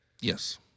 yes